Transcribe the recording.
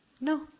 No